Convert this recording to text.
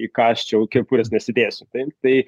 įkąsčiau kepurės nesidėsiu taip tai